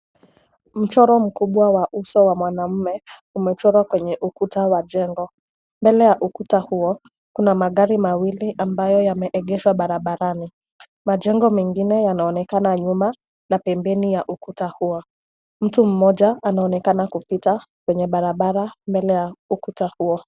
Mchoro mkubwa wa uso wa mwanaume umechorwa kwenye ukuta wa jengo. Mbele ya ukuta huo kuna magari mawili ambayo yameegeshwa barabarani. Majengo mengine yanaonekana nyuma na pembeni ya ukuta huo. Mtu mmoja anaonekana kupita kwenye barabara mbele ya ukuta huo.